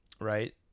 right